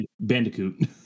bandicoot